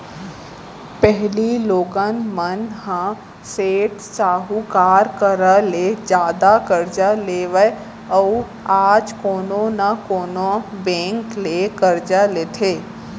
पहिली लोगन मन ह सेठ साहूकार करा ले जादा करजा लेवय अउ आज कोनो न कोनो बेंक ले करजा लेथे